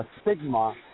stigma